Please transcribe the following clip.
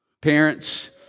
Parents